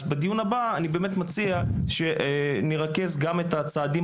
בדיון הבא אני מציע שנרכז את הצעדים